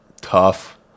tough